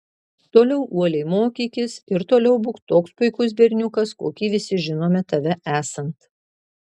toliau uoliai mokykis ir toliau būk toks puikus berniukas kokį visi žinome tave esant